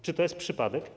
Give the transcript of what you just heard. Czy to jest przypadek?